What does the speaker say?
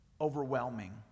overwhelming